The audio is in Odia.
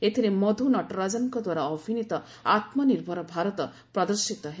ଏଥିରେ ମଧୁ ନଟରାଜନଙ୍କ ଦ୍ୱାରା ଅଭିନୀତ ଆତ୍ମନର୍ଭର ଭାରତ ପ୍ରଦର୍ଶିତ ହେବ